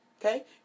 okay